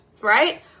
right